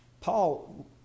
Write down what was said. Paul